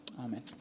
Amen